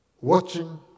watching